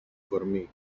κορμί